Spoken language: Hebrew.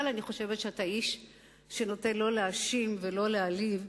אני חושבת שאתה איש שנוטה לא להאשים ולא להעליב.